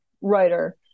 writer